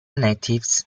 natives